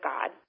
God